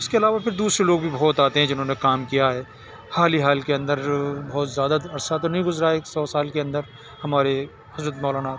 اس کے علاوہ پھر دوسرے لوگ بھی بہت آتے ہیں جنہوں نے کام کیا ہے حال ہی حال کے اندر بہت زیادہ عرصہ تو نہیں گزرا ہے ایک سو سال کے اندر ہمارے حضرت مولانا